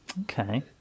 Okay